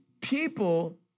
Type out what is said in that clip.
people